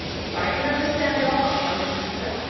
if i can understand your heart on this matter,